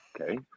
okay